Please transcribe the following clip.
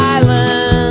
Island